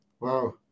Wow